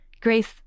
Grace